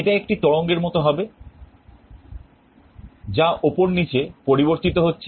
এটা একটি তরঙ্গের মতো হবে যা উপর নীচে পরিবর্তিত হচ্ছে